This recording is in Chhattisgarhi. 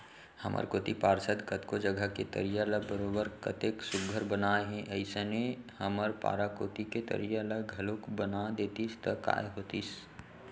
हमर कोती पार्षद कतको जघा के तरिया ल बरोबर कतेक सुग्घर बनाए हे अइसने हमर पारा कोती के तरिया ल घलौक बना देतिस त काय होतिस